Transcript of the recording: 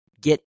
get